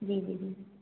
जी दीदी